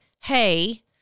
hey